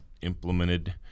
implemented